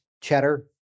Cheddar